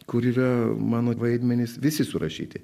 kur yra mano vaidmenys visi surašyti